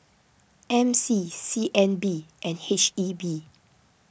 M C C N B and H E B